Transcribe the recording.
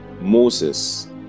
Moses